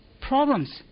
problems